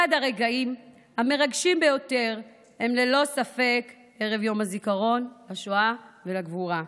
אחד הרגעים המרגשים ביותר הוא ללא ספק ערב יום הזיכרון לשואה ולגבורה,